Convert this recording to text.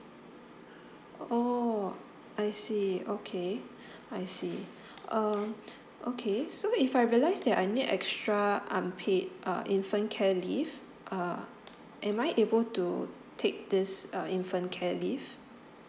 oh I see okay I see um okay so if I realise that I need extra unpaid uh infant care leave uh am I able to take this uh infant care leave